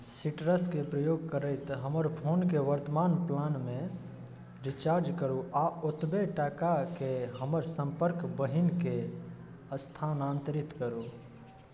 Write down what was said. सीट्रसके प्रयोग करैत हमर फोनके वर्तमान प्लानमे रिचार्ज करू आओर ओतबे टाकाके हमर सम्पर्क बहिनके स्थानान्तरित करू